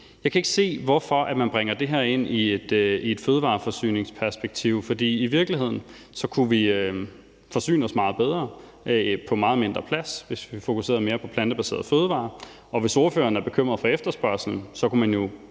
Jeg kan ikke se, hvorfor man bringer det her ind i et fødevareforsyningsperspektiv, for i virkeligheden kunne vi forsyne os meget bedre på meget mindre plads, hvis vi fokuserede mere på plantebaserede fødevarer. Hvis ordføreren er bekymret for efterspørgslen, kunne man jo